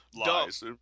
lies